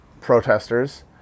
protesters